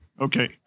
okay